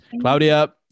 Claudia